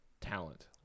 talent